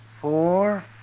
four